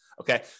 Okay